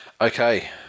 Okay